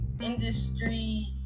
industry